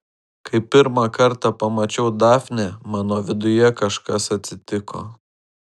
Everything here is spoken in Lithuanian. kai pirmą kartą pamačiau dafnę mano viduje kažkas atsitiko